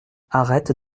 arrête